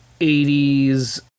80s